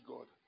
God